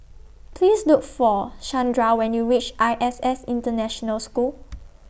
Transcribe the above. Please Look For Shandra when YOU REACH I S S International School